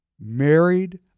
married